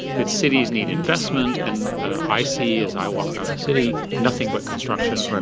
that cities need investment. and i see, as i walk around the city, nothing but construction,